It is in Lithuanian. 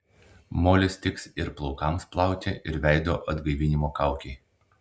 molis tiks ir plaukams plauti ir veido atgaivinimo kaukei